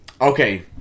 Okay